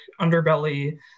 underbelly